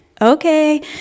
okay